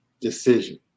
decision